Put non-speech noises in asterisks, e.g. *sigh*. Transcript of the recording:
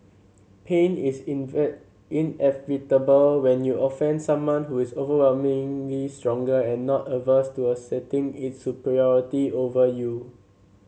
pain is *unintelligible* inevitable when you offend someone who is overwhelmingly stronger and not averse to asserting its superiority over you